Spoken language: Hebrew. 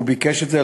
הוא ביקש את זה,